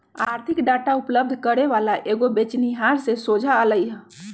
आर्थिक डाटा उपलब्ध करे वला कएगो बेचनिहार से सोझा अलई ह